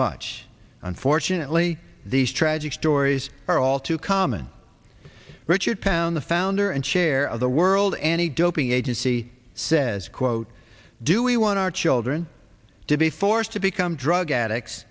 much unfortunately these tragic stories are all too common richard pound the founder and chair of the world anti doping agency says quote do we want our children to be forced to become drug addicts